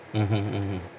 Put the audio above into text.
mmhmm mmhmm